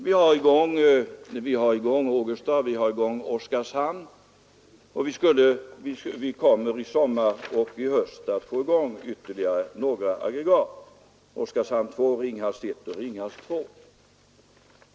Vi har aggregaten i Ågesta och Oskarshamn i gång, och vi kommer i sommar och i höst att få i gång ytterligare några aggregat: Oskarshamn 2 och Ringhals 1 och Ringhals 2.